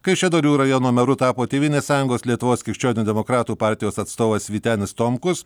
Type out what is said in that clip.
kaišiadorių rajono meru tapo tėvynės sąjungos lietuvos krikščionių demokratų partijos atstovas vytenis tomkus